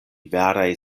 veraj